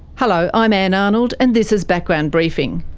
hello, i'm ann arnold and this is background briefing.